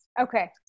Okay